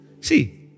See